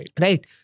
Right